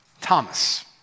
Thomas